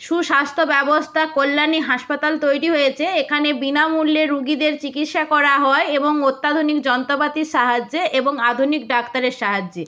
সুস্বাস্থ্য ব্যবস্থা কল্যাণী হাসপাতাল তৈরি হয়েছে এখানে বিনামূল্যে রোগীদের চিকিৎসা করা হয় এবং অত্যাধুনিক যন্ত্রপাতির সাহায্যে এবং আধুনিক ডাক্তারের সাহায্যে